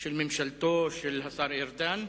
של ממשלתו של השר ארדן,